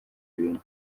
bintu